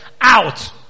out